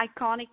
iconic